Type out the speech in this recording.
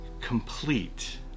complete